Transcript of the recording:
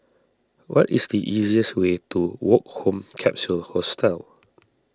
what is the easiest way to Woke Home Capsule Hostel